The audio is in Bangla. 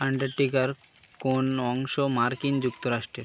আন্টার্কটিকার কোন অংশ মার্কিন যুক্তরাষ্ট্রের